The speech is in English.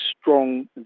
strong